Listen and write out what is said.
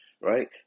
Right